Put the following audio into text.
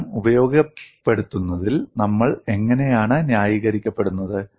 ആ ഫലം ഉപയോഗപ്പെടുത്തുന്നതിൽ നമ്മൾ എങ്ങനെയാണ് ന്യായീകരിക്കപ്പെടുന്നത്